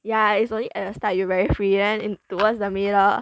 ya it's only at the start you very free then in towards the middle